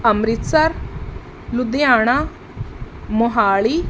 Amritsar Ludhiana Mohali